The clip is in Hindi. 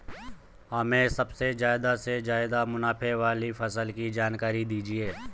हमें सबसे ज़्यादा से ज़्यादा मुनाफे वाली फसल की जानकारी दीजिए